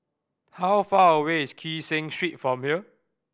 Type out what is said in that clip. how far away is Kee Seng Street from here